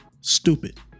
stupid